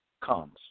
comes